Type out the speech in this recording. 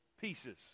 pieces